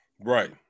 Right